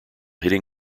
hitting